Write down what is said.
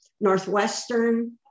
Northwestern